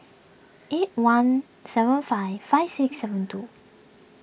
eight one seven five five six seven two